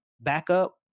backup